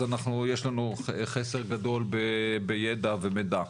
אז יש לנו חסר גדול בידע ומידע.